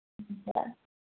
हुन्छ